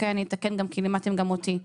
אתקן כי למדתם גם אותי,